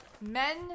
men